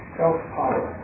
self-power